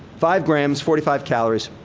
five grams, forty-five calories.